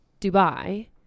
Dubai